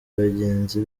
bagenzi